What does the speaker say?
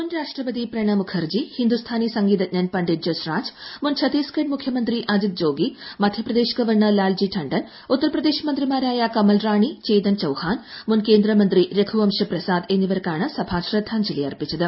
മുൻ രാഷ്ട്രപതി പ്രണബ് മുഖർജി ഹിന്ദുസ്ഥാനി സംഗീതജ്ഞൻ പണ്ഡിറ്റ് ജ്യസാജ് മുൻ ഛത്തീസ്ഗഡ് മുഖ്യമന്ത്രി അജിത് ജോഗി മധ്യപ്രദേശ് ഗവർണർ ലാൽജി ടണ്ടൻ ഉത്തർപ്രദേശ് മന്ത്രിമാരായ കമൽ റാണി ചേതൻ ചൌഹാൻ മുൻ ക്യേന്ദ്രമന്ത്രി രഘുവംശ പ്രസാദ് എന്നിവർക്കാണ് സഭ ശ്രദ്ധാഞ്ജലി അർപ്പിച്ചത്